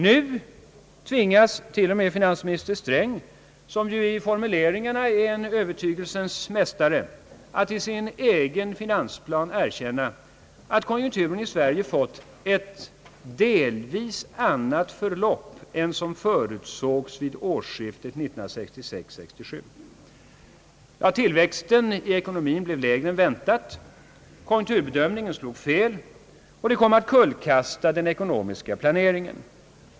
Nu tvingas t.o.m. finansminister Sträng, som i formuleringarna är en övertygelsens mästare, att i sin egen finansplan erkänna, att konjunkturen i Sverige fått ett delvis annat förlopp än som förutsågs vid årsskiftet 1966—1967. Tillväxten i ekonomin blir lägre än väntat. Konjunkturbedömningen slog fel, och det kom att kullkasta den ekonomiska planeringen.